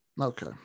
Okay